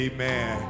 Amen